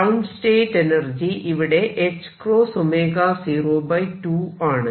ground state energy ഇവിടെ ħω0 2 ആണ്